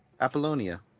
Apollonia